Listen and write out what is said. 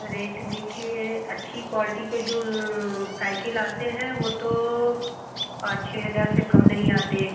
rate देखिए अच्छी quality के जो साइकिल आते हैं वो तो पाँच छः हज़ार से कम नहीं आते